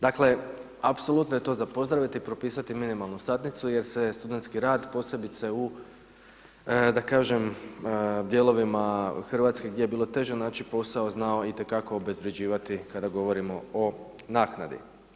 Dakle, apsolutno je to za pozdraviti, propisati minimalnu satnicu jer se studentski rad posebice, da kažem dijelovima Hrvatske gdje je bilo teže naći posao, znao itekako obezvređivati kada govorimo o naknadi.